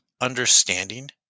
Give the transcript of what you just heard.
understanding